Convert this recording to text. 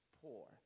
poor